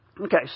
Okay